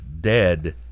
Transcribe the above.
dead